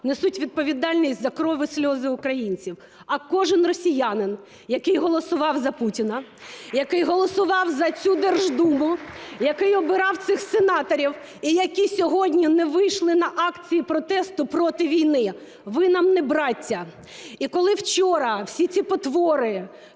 несуть відповідальність за кров і сльози українців, а кожен росіянин, який голосував за Путіна, який голосував за цю Держдуму, який обирав цих сенаторів і які сьогодні не вийшли на акцію протесту проти війни. Ви нам не браття. І коли вчора всі ці потвори: